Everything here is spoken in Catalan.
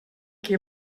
qui